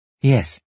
Yes